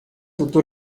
tutto